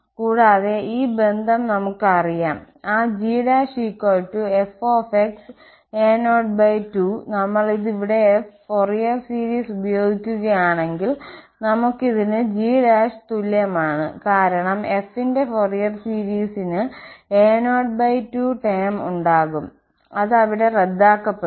കൂടാതെ ഈ ബന്ധം നമുക്ക് അറിയാം ആ gf −a02നമ്മൾ ഇത് ഇവിടെ f ഫോറിയർ സീരീസ് ഉപയോഗിക്കുകയാണെങ്കിൽ നമുക്ക് ഇതിന് g തുല്യമാണ് കാരണം f ന്റെ ഫൊറിയർ സീരീസിന് a02 ടേം ഉണ്ടാകും അത് അവിടെ റദ്ദാക്കപ്പെടും